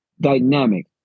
Dynamic